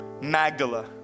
Magdala